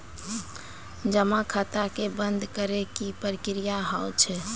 जमा खाता के बंद करे के की प्रक्रिया हाव हाय?